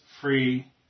free